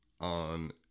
on